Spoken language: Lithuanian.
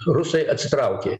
rusai atsitraukė